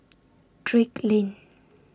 Drake Lane